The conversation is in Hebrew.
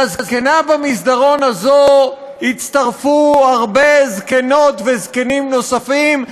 לזקנה במסדרון הזאת הצטרפו הרבה זקנות וזקנים נוספים,